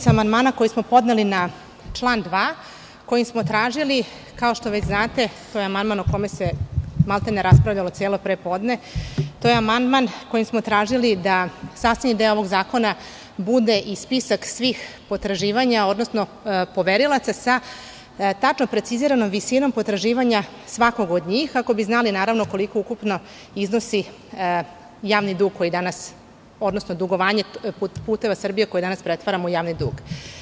amandmana koji smo podneli na član 2. kojim smo tražili, kao što već znate, to je amandman o kojem se raspravljalo, maltene, celo prepodne, da sastavni deo ovog zakona bude i spisak svih potraživanja, odnosno poverilaca sa tačno preciziranom visinom potraživanja svakog od njih, a da bi znali koliko ukupno iznosi javni dug, odnosno dugovanje "Puteva Srbije" koje danas pretvaramo u javni dug.